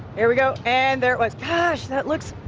there we go. and there it was. that looks